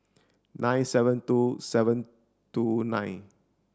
nine seven two seven two nine